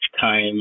time